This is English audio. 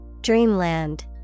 Dreamland